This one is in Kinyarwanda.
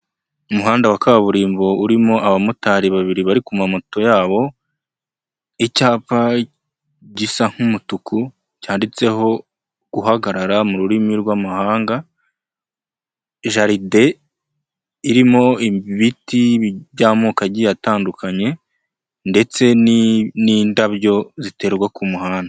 Umuhanda wa kaburimbo urimo abamotari babiri bari kumamoto yabo, icyapa gisa nk'umutuku cyanditseho guhagarara mu rurimi rw'amahanga, jaride irimo ibiti by'amoko agiye atandukanye ndetse n'indabyo ziterwa ku muhanda.